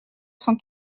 sans